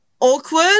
awkward